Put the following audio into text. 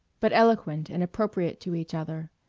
but eloquent and appropriate to each other.